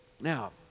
Now